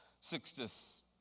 Sixtus